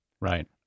Right